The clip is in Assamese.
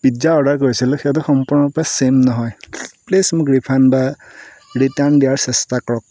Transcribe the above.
পিজ্জা অৰ্ডাৰ কৰিছিলোঁ সেইটো সম্পূৰ্ণৰূপে চেম নহয় প্লিজ মোক ৰিফাণ্ড বা ৰিটাৰ্ণ দিয়াৰ চেষ্টা কৰক